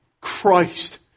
Christ